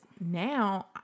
now